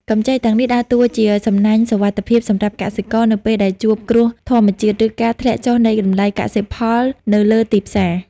កម្ចីទាំងនេះដើរតួជាសំណាញ់សុវត្ថិភាពសម្រាប់កសិករនៅពេលដែលជួបគ្រោះធម្មជាតិ ឬការធ្លាក់ចុះនៃតម្លៃកសិផលនៅលើទីផ្សារ។